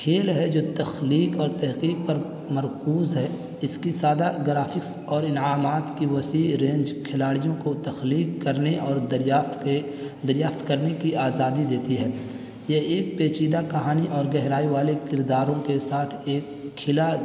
کھیل ہے جو تخلیق اور تحقیق پر مرکوز ہے اس کی سادہ گرافکس اور انعامات کی وسیع رینج کھلاڑیوں کو تخلیق کرنے اور درفیات کے دریافت کرنے کی آزادی دیتی ہے یہ ایک پیچیدہ کہانی اور گہرائی والے کرداروں کے ساتھ ایک کھیلا